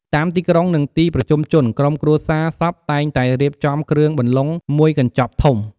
តាមទីក្រុង និងទីប្រជុំជន ក្រុមគ្រួសារសពតែងតែរៀបចំគ្រឿងបន្លុងមួយកញ្ចប់ធំ។